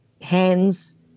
hands